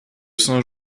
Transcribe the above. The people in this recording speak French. saint